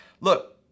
look